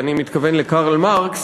ואני מתכוון לקרל מרקס